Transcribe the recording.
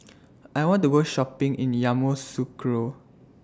I want to Go Shopping in Yamoussoukro